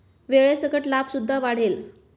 वेळेसकट लाभ सुद्धा वाढेल